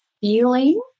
feeling